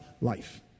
life